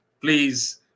Please